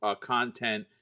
content